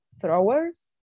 throwers